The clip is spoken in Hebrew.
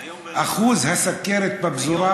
איום ונורא בפזורה.